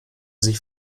sich